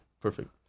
perfect